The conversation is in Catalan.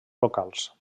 locals